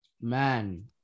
man